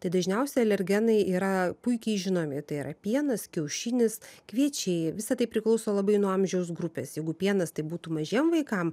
tai dažniausi alergenai yra puikiai žinomi tai yra pienas kiaušinis kviečiai visa tai priklauso labai nuo amžiaus grupės jeigu pienas tai būtų mažiem vaikam